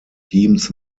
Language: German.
teams